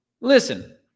Listen